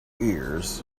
ears